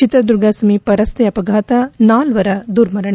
ಚಿತ್ರದುರ್ಗ ಸಮೀಪ ರಸ್ತೆ ಅಪಘಾತ ನಾಲ್ಲರ ದುರ್ಮರಣ